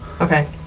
Okay